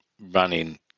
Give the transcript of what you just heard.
running